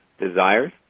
desires